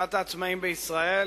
לשכת העצמאים בישראל,